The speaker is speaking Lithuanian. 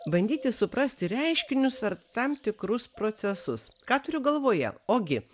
bandyti suprasti reiškinius ar tam tikrus procesus ką turiu galvoje ogi